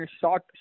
short